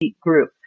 group